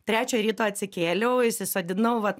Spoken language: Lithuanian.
trečią ryto atsikėliau įsisodinau vat